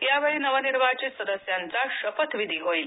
यावेळी नवनिर्वाचित सदस्यांचा शपथविधी होईल